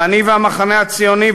ואני והמחנה הציוני,